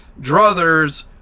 druthers